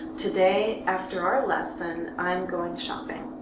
today after our lesson, i'm going shopping,